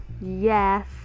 Yes